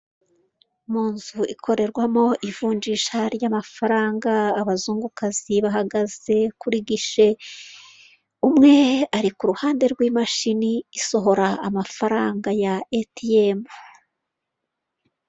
Mu nzu ikorerwamo ivunjisha ry'amafaranga, abazungukazi bahagaze kuri gishe umwe ari ku ruhande rw'imashini isohora amafaranga ya etiyemu.